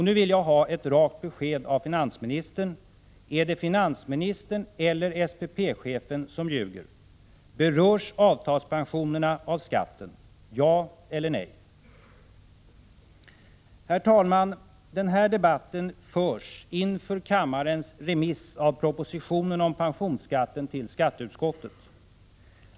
Nu vill jag ha ett rakt besked från Feldt: Är det finansministern eller SPP-chefen som ljuger? Berörs avtalspensionerna av skatten? Ja eller nej? Herr talman! Den här debatten förs inför kammarens remiss av propositionen om pensionsskatten till skatteutskottet.